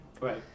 right